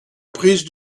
prise